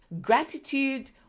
gratitude